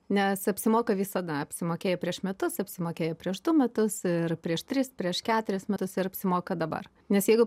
nes apsimoka visada apsimokėjo prieš metus apsimokėjo prieš du metus ir prieš tris prieš keturis metus ir apsimoka dabar nes jeigu